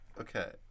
Okay